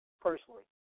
personally